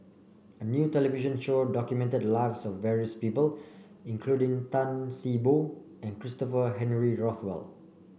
a new television show documented the lives of various people including Tan See Boo and Christopher Henry Rothwell